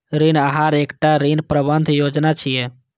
ऋण आहार एकटा ऋण प्रबंधन योजना छियै